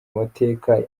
mateka